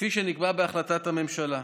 כפי שנקבע בהחלטת הממשלה.